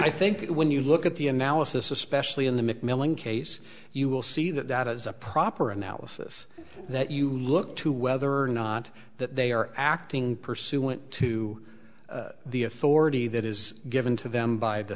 i think when you look at the analysis especially in the mcmillan case you will see that that is a proper analysis that you look to whether or not that they are acting pursuant to the authority that is given to them by the